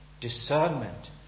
discernment